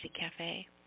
Cafe